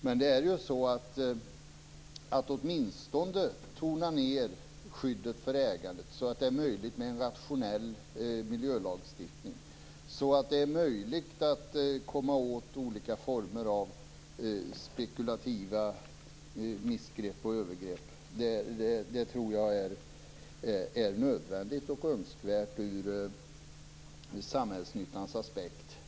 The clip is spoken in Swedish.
Men att åtminstone tona ned skyddet för ägandet så att det är möjligt med en rationell miljölagstiftning, så att det är möjligt att komma åt olika former av spekulativa missgrepp och övergrepp, tror jag är nödvändigt och önskvärt ur samhällsnyttans aspekt.